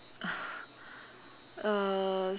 uh uh